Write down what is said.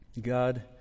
God